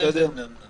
מאה אחוז.